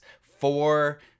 four